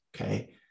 okay